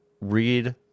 read